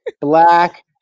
black